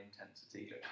intensity